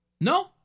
No